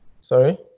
Sorry